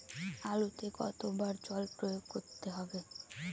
আলুতে কতো বার জল প্রয়োগ করতে হবে?